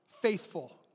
faithful